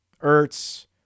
Ertz